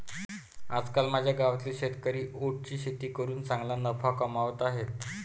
आजकाल माझ्या गावातील शेतकरी ओट्सची शेती करून चांगला नफा कमावत आहेत